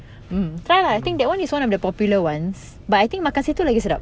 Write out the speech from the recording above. mm